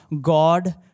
God